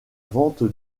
vente